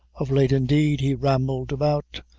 of late, indeed, he rambled about,